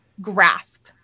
grasp